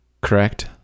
correct